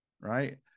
Right